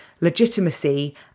legitimacy